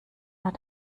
hat